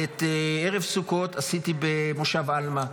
ואת ערב סוכות עשיתי במושב עלמה.